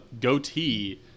goatee